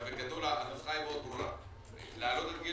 אבל בגדול הנוסחה די ברורה: להעלות את גיל